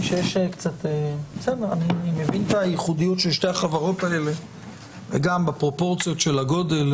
אני מבין את הייחודיות של שתי החברות האלה וגם בפרופורציות של הגודל,